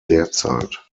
derzeit